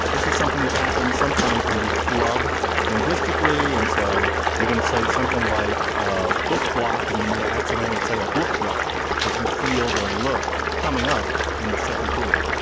this is something that happens sometimes when you flub linguistically and so you're going to say something like ah book block and you might accidentally say a block block because you feel the look coming up in the second word.